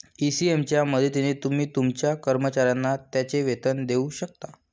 ECS च्या मदतीने तुम्ही तुमच्या कर्मचाऱ्यांना त्यांचे वेतन देऊ शकता